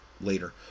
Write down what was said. Later